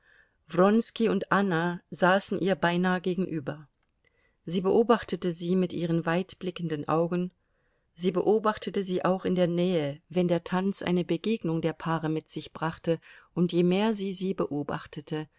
wronski und anna saßen ihr beinah gegenüber sie beobachtete sie mit ihren weitblickenden augen sie beobachtete sie auch in der nähe wenn der tanz eine begegnung der paare mit sich brachte und je mehr sie sie beobachtete